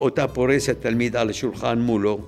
‫אותה פורסת תלמידה לשולחן מולו.